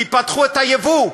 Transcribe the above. כי פתחו את היבוא,